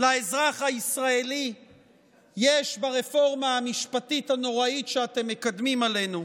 לאזרח הישראלי יש ברפורמה המשפטית הנוראית שאתם מקדמים עלינו.